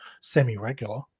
semi-regular